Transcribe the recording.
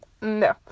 No